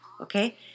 okay